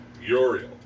Uriel